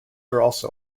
also